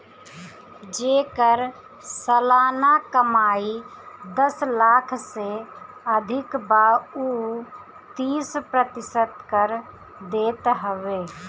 जेकर सलाना कमाई दस लाख से अधिका बा उ तीस प्रतिशत कर देत हवे